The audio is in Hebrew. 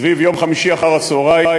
סביב יום חמישי אחר-הצהריים,